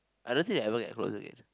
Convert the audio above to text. I don't think they ever get close again